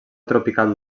tropical